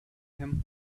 him